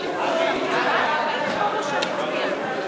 התשע"ג 2013, נתקבלה.